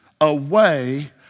away